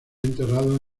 enterrado